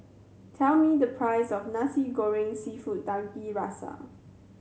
tell me the price of Nasi Goreng Seafood Tiga Rasa